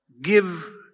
give